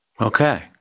Okay